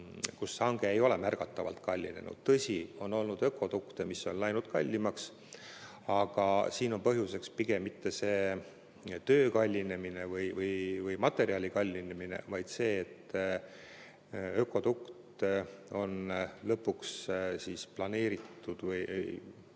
see hange ei ole märgatavalt kallinenud. Tõsi, on olnud ökodukte, mis on läinud kallimaks. Aga siin on põhjuseks pigem mitte töö kallinemine või materjali kallinemine, vaid see, et ökodukti arhitektuurne lahendus on